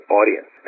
audience